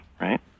right